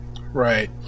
right